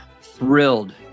thrilled